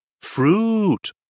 Fruit